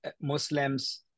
Muslims